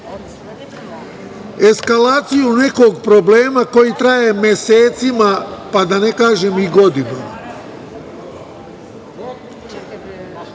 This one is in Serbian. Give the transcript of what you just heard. eskalaciju nekog problema koji traje mesecima, pa da ne kažem i